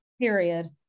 Period